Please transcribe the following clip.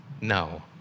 No